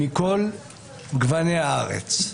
מכל גוני הארץ.